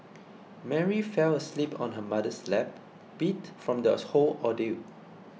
Mary fell asleep on her mother's lap beat from the whole ordeal